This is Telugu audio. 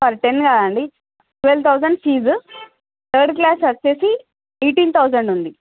సారి టెన్ కాదండి twelve thousand fee third class వచ్చేసి ఎయిటిన్ థౌజండ్ ఉంది